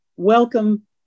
Welcome